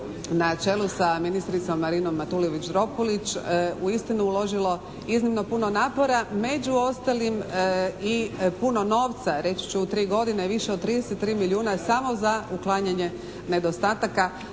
na čelu sa ministricom Marinom Matulović Dropulić uistinu uložilo iznimno puno napora. Među ostalim i puno novca. Reći ću u tri godine više od 33 milijuna samo za uklanjanje nedostataka.